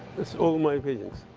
this all my paintings.